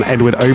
Edward